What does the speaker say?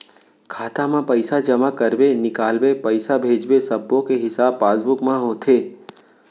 खाता म पइसा जमा करबे, निकालबे, पइसा भेजबे सब्बो के हिसाब पासबुक म होथे